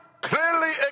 clearly